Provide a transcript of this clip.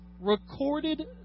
recorded